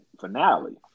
finale